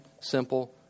simple